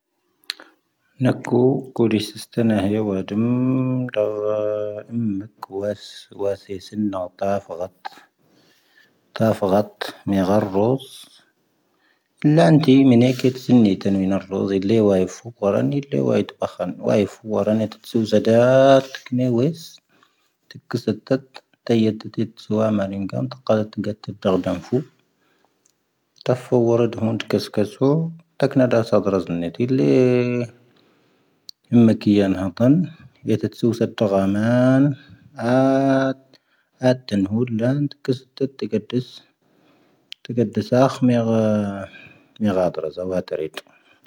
ⵏⴰⴽⵓ ⴽoⴷⵉⵙⵉⵙⵜⴰⵏⴰ ⵀⴻⵡⴰⴷ ⵎⵏⴷⴰ ⵡⴰⵣⵉⵙⵉⵏⵏⴰ ⵜⴰⴼⴰⴳⴰⵜ ⵎⴻⴳⵀⴰⵔ ⵔⵓⵣ. ⵍⴰⵏⵜⵉ ⵎⵏⴰⴽⴻ ⵜⵙⵉⵏⵉⵜⴰⵏ ⵎⵏⴰⵔⵓⵣⵉ ⵍⴻ ⵡⴰⵉⴼⵓ ⵡⴰⵔⴰⵏ, ⵍⴻ ⵡⴰⵉⴼⵓ ⵡⴰⵔⴰⵏ, ⵉⵜⵜⵜⵙⵓ ⵣⴰⴷⴰⴰⵜ ⴽⵏⴻⵡⵉⵙ. ⵜⴽⵉⵣⴰⵜ ⵜⴰⵜ ⵜⴰⵢⴰ ⵜⵜⵉⵜⵜⵙⵓ ⵡⴰ ⵎⴰⵏⵉⵏⴳⴰⵏ, ⵜⴰⵇⴰⴷ ⵜⵜⴳⴰⵜ ⵜⵜⴳⴰⵜ ⴷⵀⴰⴼⴳⴰⵏ ⴼⵓⴽ. ⵜⴰⴼⵓ ⵡⴰⵔⵉⴷ ⵀⵓⵏ ⵜⴽⵉⵙ ⴽⴰⵙⵓ, ⵜⴰⴽⵏⴰ ⴷⴰⵙⴰ ⴷⵔⴰⵣⴰ ⵏⵏⴻ ⵜⵉⵍⴻ. ⵉⵎⵎⴰⴽⵉⵢⴰⵏ ⵀⴰⴽⴰⵏ, ⵉⵜⴰⵜ ⵙⵓⵙⴰⵜ ⵜⴳⴰⵎⴰⵏ, ⴰⵜ ⴷⵉⵏ ⵀⵓⴷⵍⴰⵏⴷ, ⵜⴽⵉⵙ ⵜⵜⵉⴽⴰⴷⵉⵙ, ⵜⵜⵉⴽⴰⴷⵉⵙ ⴰⵇ ⵎⴻ ⴳⵀⴰⴰⴷ ⵔⴰⵣⴰ, ⵡⴰ ⵜⴰⵔⵉⵜ.